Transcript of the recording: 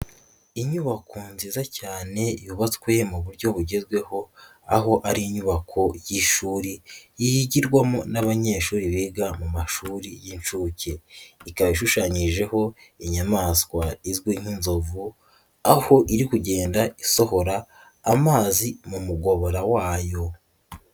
Inyubako nziza cyane yubatswe mu buryo bugezweho aho ari inyubako y'ishuri yigirwamo n'abanyeshuri biga mu mashuri y'inshuke, ikaba ishushanyijeho inyamaswa izwi nk'inzovu aho iri kugenda isohora amazi mu mugobora wayo.